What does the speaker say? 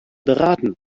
beraten